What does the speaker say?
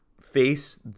face